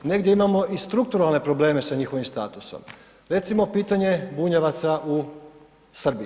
Negdje imamo i strukturalne problem sa njihovim statusom, recimo pitanje Bunjevaca u Srbiji.